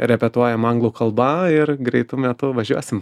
repetuojam anglų kalba ir greitu metu važiuosim